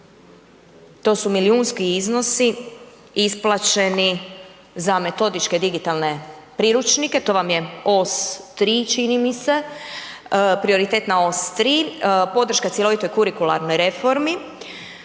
to su milijunski iznosi isplaćeni za metodičke digitalne priručnike to vam je Os 3 čini mi se Prioritetna os 3, podrška cjelovitoj kurikularnoj reformi.